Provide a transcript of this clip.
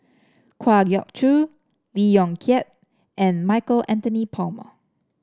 Kwa Geok Choo Lee Yong Kiat and Michael Anthony Palmer